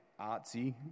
artsy